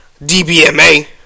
DBMA